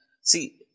See